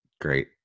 Great